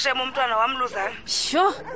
Sure